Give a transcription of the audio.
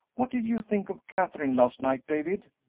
what did you think of katherine last night, david?